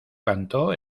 canto